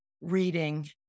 reading